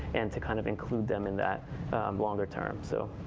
and to kind of include them in that longer term. so